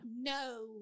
no